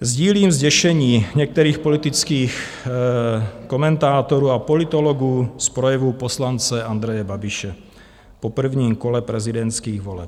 Sdílím zděšení některých politických komentátorů a politologů z projevu poslance Andreje Babiše po prvním kole prezidentských voleb.